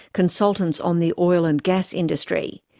consultants on the oil and gas industry.